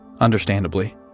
understandably